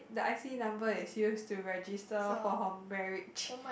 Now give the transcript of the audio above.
the I_C number is use to register for her marriage